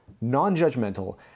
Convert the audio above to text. non-judgmental